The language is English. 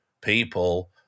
people